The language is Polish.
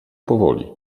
powoli